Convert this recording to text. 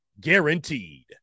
guaranteed